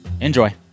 Enjoy